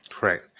Right